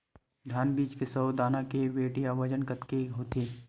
धान बीज के सौ दाना के वेट या बजन कतके होथे?